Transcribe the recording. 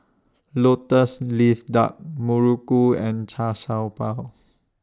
Lotus Leaf Duck Muruku and Char Siew Bao